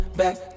back